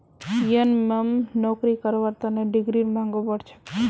यनमम नौकरी करवार तने डिग्रीर मांगो बढ़ छेक